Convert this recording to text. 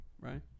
Right